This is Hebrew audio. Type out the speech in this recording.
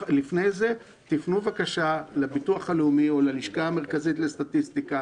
רק לפני זה תפנו לביטוח לאומי או ללשכה המרכזית לסטטיסטיקה